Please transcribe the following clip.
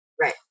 Right